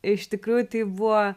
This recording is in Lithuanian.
iš tikrųjų tai buvo